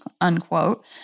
unquote